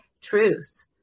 truth